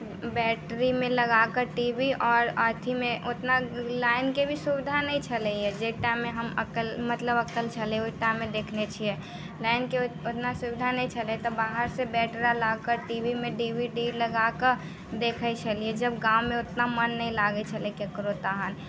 बैटरीमे लगाकर टीवी आओर अथिमे उतना लाइनके भी सुविधा नहि छलैए जाहि टा मे हम अकल मतलब अकल छलै ओहि टा मे देखने छियै लाइनके उतना सुविधा नहि छलै तऽ बाहरसँ बैटरा ला कऽ टीवीमे डी वी डी लगा कऽ देखैत छलियै जब गाममे उतना मन नहि लागैत छलै ककरो तहन